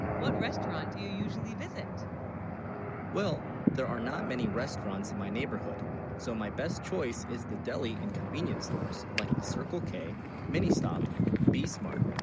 what restaurant, do you usually visit well there are not many restaurants in my neighborhood so, my best choice is the deli in convenience stores like, the circle-k mini stop be smart